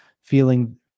feeling